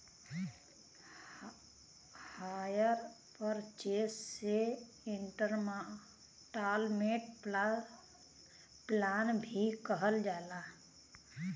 hire purchase के instalment plan भी कहल जाला